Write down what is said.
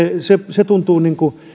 se tuntuu